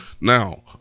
Now